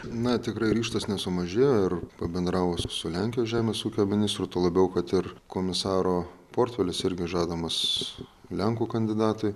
na tikrai ryžtas nesumažėjo ir pabendravus su lenkijos žemės ūkio ministru tuo labiau kad ir komisaro portfelis irgi žadamas lenkų kandidatai